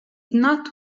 not